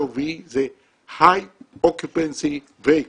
HOV זה High Occupancy Vehicle,